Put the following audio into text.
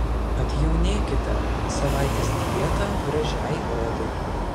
atjaunėkite savaitės dieta gražiai odai